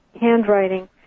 handwriting